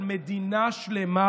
אני לוקח אחריות על מדינה שלמה.